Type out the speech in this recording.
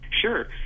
Sure